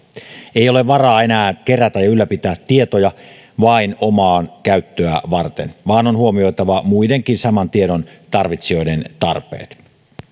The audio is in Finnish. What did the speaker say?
ei ole varaa enää kerätä ja ylläpitää tietoja vain omaa käyttöä varten vaan on huomioitava muidenkin saman tiedon tarvitsijoiden tarpeet